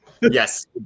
Yes